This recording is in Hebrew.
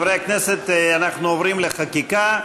חברי הכנסת, אנחנו עוברים לחקיקה.